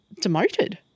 demoted